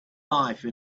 life